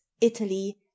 Italy